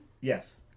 yes